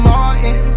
Martin